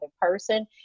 person